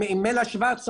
עם מלה שוורץ,